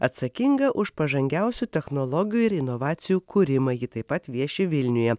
atsakinga už pažangiausių technologijų ir inovacijų kūrimą ji taip pat vieši vilniuje